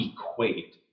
equate